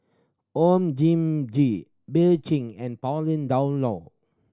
Oon Jin Gee Bill Chen and Pauline Dawn Loh